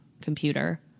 computer